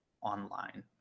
online